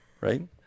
right